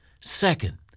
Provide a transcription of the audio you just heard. Second